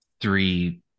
three